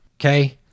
okay